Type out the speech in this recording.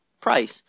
Price